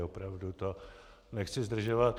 Opravdu to nechci zdržovat.